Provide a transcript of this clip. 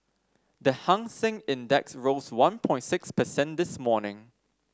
the Hang Seng Index rose one point six percent this morning